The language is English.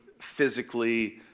physically